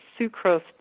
sucrose